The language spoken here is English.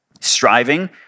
striving